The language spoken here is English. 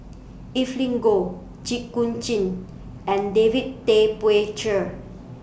Evelyn Goh Jit Koon Ch'ng and David Tay Poey Cher